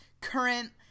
current